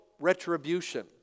retribution